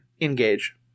Engage